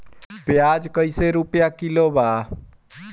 प्याज कइसे रुपया किलो बा?